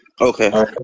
Okay